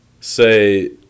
say